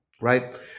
right